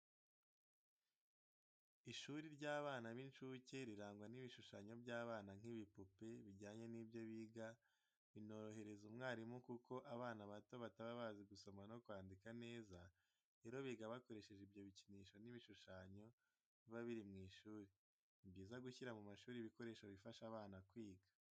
Ishuri ry'abana b'incuke riragwa n'ibishushanyo by'abana nk'ibipupe, bijyanye nibyo biga, binorohereza umwarimu kuko abana bato bataba bazi gusoma no kwandika neza, rero biga bakoresheje ibyo bikinisho n'ibishushanyo biba biri mu ishuri. Ni byiza gushyira mu mashuri ibikoresho bifasha abana kwiga.